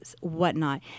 whatnot